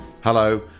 Hello